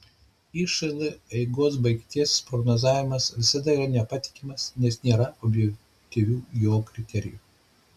išl eigos ir baigties prognozavimas visada yra nepatikimas nes nėra objektyvių jo kriterijų